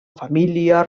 família